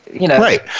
Right